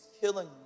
killing